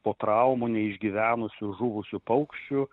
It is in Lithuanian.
po traumų neišgyvenusių žuvusių paukščių